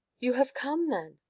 you have come, then?